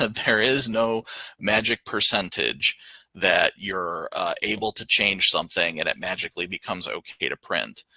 ah there is no magic percentage that you're able to change something and it magically becomes okay to print.